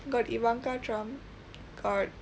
trump got